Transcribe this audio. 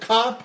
Cop